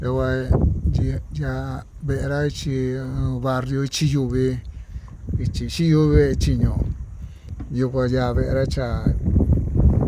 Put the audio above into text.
Yo'o kua ñee ña'a pera chí barrio chí uu ve'e ichi xhiuu ve'e chiñon ñonró ña'a vee chenrecha